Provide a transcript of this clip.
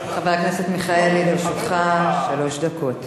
חבר הכנסת מיכאלי, לרשותך שלוש דקות.